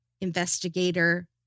investigator